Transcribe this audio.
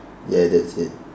ya that's it